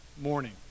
morning